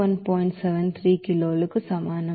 73 కిలోలకు సమానం